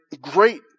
great